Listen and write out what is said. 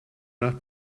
nach